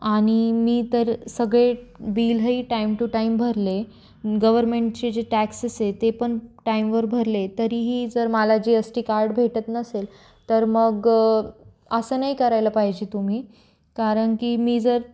आणि मी तर सगळे बिलही टाईम टू टाईम भरले गवर्मेंटचे जे टॅक्सेस आहे ते पण टाईमवर भरले तरीही जर मला जी एस टी कार्ड भेटत नसेल तर मग असं नाही करायला पाहिजे तुम्ही कारण की मी जर